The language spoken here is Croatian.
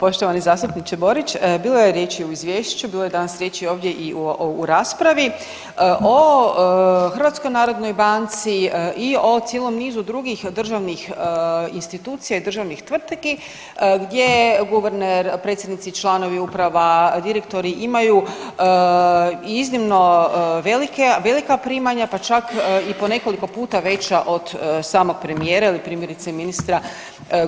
Poštovani zastupniče Borić, bilo je riječi u izvješću, bilo je danas riječi ovdje i u raspravi o HNB-u i o cijelom nizu drugih državnih institucija i državnih tvrtki gdje guverner, predsjednici i članovi uprava, direktori imaju iznimno velike, velika primanja, pa čak i po nekoliko puta veća od samog premijera ili primjerice ministra